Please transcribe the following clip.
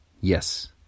yes